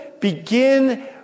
begin